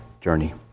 journey